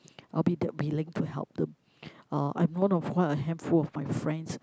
I'll be that willing to help them uh I'm one of quite a handful of my friends